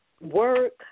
work